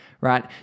right